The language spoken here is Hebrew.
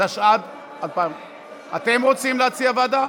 התשע"ד 2014. אתם רוצים להציע ועדה?